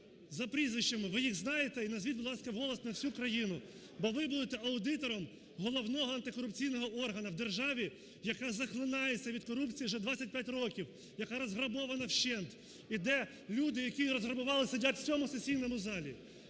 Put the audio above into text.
За прізвищами ви їх знаєте і назвіть, будь ласка, вголос на всю країну. Бо ви будете аудитором головного антикорупційного органу в державі, яка захлинається в корупції вже 25 років, яка розграбована вщент, і де люди, які її розграбували, сидять в цьому сесійному залі.